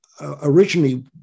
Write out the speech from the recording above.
originally